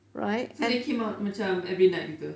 so they came out macam every night